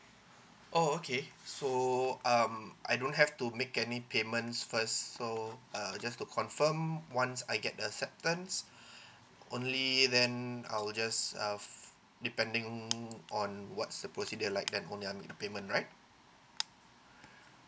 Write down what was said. oh okay so um I don't have to make any payments first so err just to confirm once I get the acceptance only then I'll just of depending on what supposedly like that then only I make the payment right